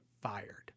fired